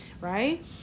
right